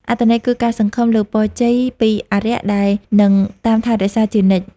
អត្ថន័យគឺការសង្ឃឹមលើពរជ័យពីអារក្សដែលនឹងតាមថែរក្សាជានិច្ច។